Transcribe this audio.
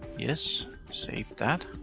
yes, saved that.